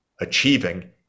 achieving